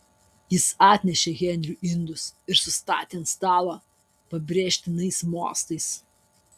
jis atnešė henriui indus ir sustatė ant stalo pabrėžtinais mostais